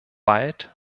bald